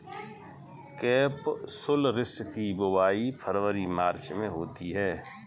capsularis की बुवाई फरवरी मार्च में होती है